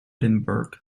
edinburgh